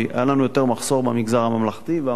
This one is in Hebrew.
היה לנו יותר מחסור במגזר הממלכתי והממלכתי-דתי.